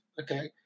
okay